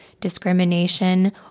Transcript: discrimination